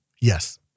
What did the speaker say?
Yes